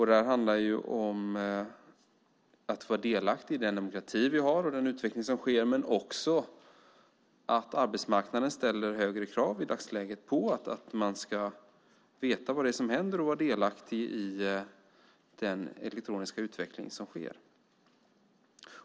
Det handlar om att vara delaktig i den demokrati vi har och den utveckling som sker men också om att arbetsmarknaden i dagsläget ställer högre krav på att man ska veta vad som händer och vara delaktig i den elektroniska utveckling som sker.